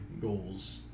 goals